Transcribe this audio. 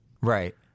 Right